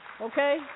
Okay